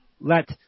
let